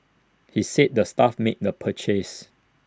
he said the staff made the purchase